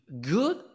good